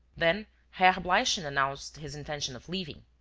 then herr bleichen announced his intention of leaving.